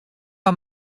mei